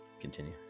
continue